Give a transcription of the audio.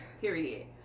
period